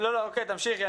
תמשיכי,